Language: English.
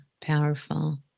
powerful